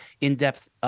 in-depth